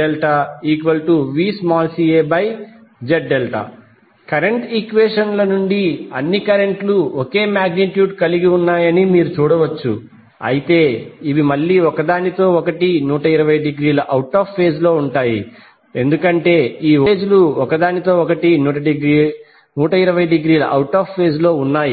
IBCVBCZ∆VbcZ∆ ICAVCAZ∆VcaZ∆ current ఈక్వెషన్ల నుండి అన్నీ కరెంట్లు ఒకే మాగ్నిట్యూడ్ కలిగి ఉన్నాయని మీరు చూడవచ్చు అయితే ఇవి మళ్లీ ఒకదానితో ఒకటి 120 డిగ్రీల అవుట్ ఆఫ్ ఫేజ్ లో ఉంటాయి ఎందుకంటే ఈ వోల్టేజీలు ఒకదానితో ఒకటి 120 డిగ్రీల అవుట్ ఆఫ్ ఫేజ్ లో ఉన్నాయి